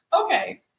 okay